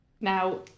Now